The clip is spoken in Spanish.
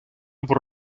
por